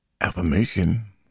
affirmation